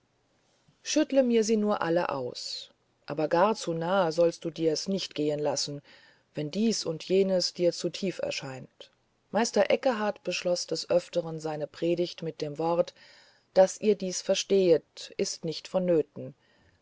schüttle mir sie nur alle aus aber gar zu nahe sollst du dir's nicht gehen lassen wenn dies und jenes dir zu tief erscheint meister eckehart beschloß des öfteren seine predigt mit den worten daß ihr dies verstehet ist nicht vonnöten